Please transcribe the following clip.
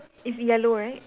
is yellow right